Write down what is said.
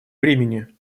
времени